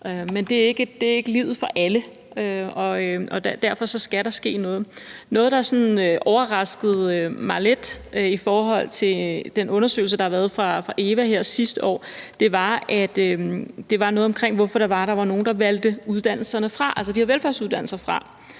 Men det er ikke livet for alle, og derfor skal der ske noget. Noget, der sådan overraskede mig lidt i forhold til den undersøgelse, der kom fra EVA sidste år, var det, der handlede om, hvorfor nogle valgte uddannelserne fra, altså de her velfærdsuddannelser,